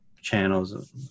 channels